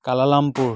Kuala Lumpur